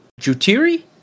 Jutiri